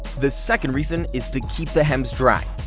the second reason is to keep the hems dry.